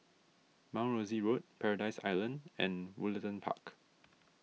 Mount Rosie Road Paradise Island and Woollerton Park